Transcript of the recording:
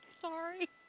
Sorry